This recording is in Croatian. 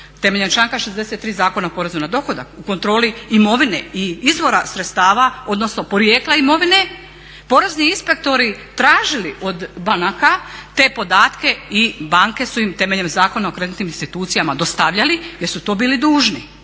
temeljem članka 63. Zakona o porezu na dohodak u kontroli imovine i izvora sredstava odnosno porijekla imovine porezni inspektori tražili od banaka te podatke i banke su im temeljem Zakona o kreditnim institucijama dostavljali jer su to bili dužni.